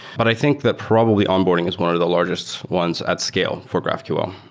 but i think that probably onboarding is one of the largest ones at scale for graphql.